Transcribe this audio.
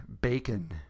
bacon